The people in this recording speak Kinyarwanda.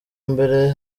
mbere